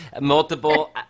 multiple